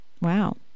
Wow